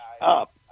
up